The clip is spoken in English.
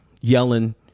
yelling